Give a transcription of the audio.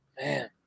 man